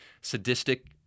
sadistic